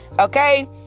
okay